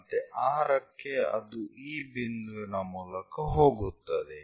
ಮತ್ತೆ 6 ಕ್ಕೆ ಅದು ಈ ಬಿಂದುವಿನ ಮೂಲಕ ಹೋಗುತ್ತದೆ